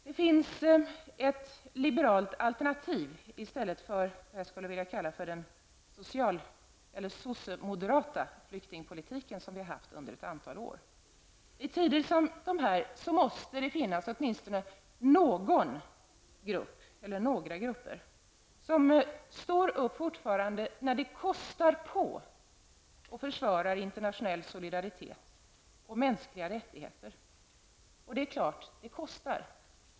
Det finns ett liberalt alternativ i stället för, vad jag skulle kalla för, den sossemoderata flyktingpolitiken som vi har haft under ett antal år. I tider som dessa, måste det finnas åtminstone någon eller några grupper som står upp även när det kostar på och försvarar internationell solidaritet och mänskliga rättigheter. Det är klart att det kostar.